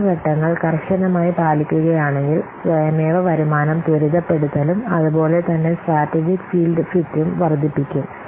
ആ ഘട്ടങ്ങൾ കർശനമായി പാലിക്കുകയാണെങ്കിൽ സ്വയമേവ വരുമാനം ത്വരിതപ്പെടുത്തലും അതുപോലെ തന്നെ സ്ട്രാറ്റജിക്ക് ഫീൽഡ് ഫിറ്റും വർദ്ധിപ്പിക്കും